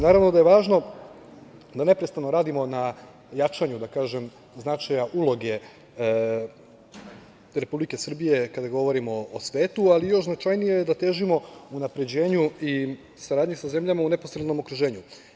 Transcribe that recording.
Naravno da je važno da neprestano radimo na jačanju značaja uloge Republike Srbije kada govorimo o svetu, ali još značajnije je da težimo unapređenju i saradnji sa zemljama u neposrednom okruženju.